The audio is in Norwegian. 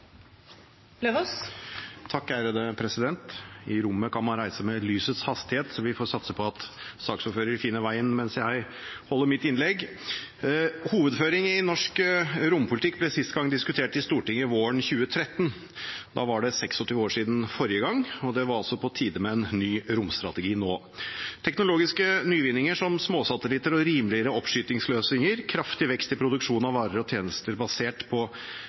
I rommet kan man reise med lysets hastighet. Vi får satse på at saksordføreren finner veien mens jeg holder mitt innlegg. Hovedføringene i norsk rompolitikk ble sist gang diskutert i Stortinget våren 2013. Da var det 26 år siden forrige gang. Det var altså på tide med en ny romstrategi. Teknologiske nyvinninger som småsatellitter og rimeligere oppskytingsløsninger, kraftig vekst i produksjon av varer og tjenester basert på